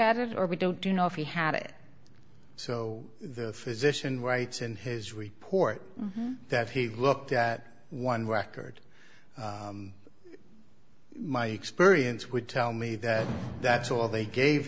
at it or we don't do you know if he had it so the physician writes in his report that he looked at one record my experience would tell me that that's all they gave